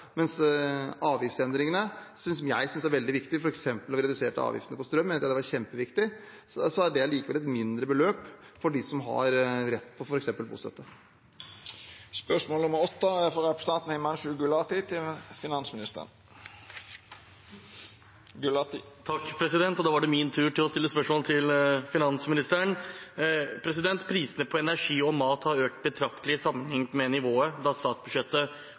avgiftsendringene, som jeg synes er veldig viktig – f.eks. da vi reduserte avgiftene på strøm, mente jeg det var kjempeviktig – er det likevel et mindre beløp for dem som har rett på f.eks. bostøtte. Da var det min tur til å stille et spørsmål til finansministeren: «Prisene på energi og mat har økt betraktelig sammenliknet med nivået da statsbudsjettet